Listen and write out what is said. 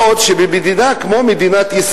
מה עוד שבמדינה כמו ישראל,